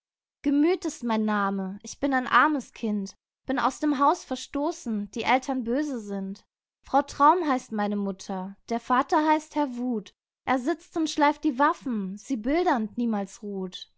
gemüth ist mein name ich bin ein armes kind bin aus dem haus verstoßen die eltern böse sind frau traum heißt meine mutter der vater heißt herr wuth er sitzt und schleift die waffen sie bildernd niemals ruht